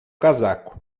casaco